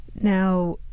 Now